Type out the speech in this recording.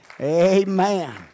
Amen